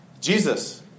Jesus